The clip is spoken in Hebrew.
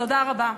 תודה רבה.